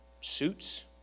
suits